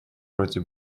вроде